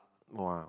!wah!